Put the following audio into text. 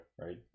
right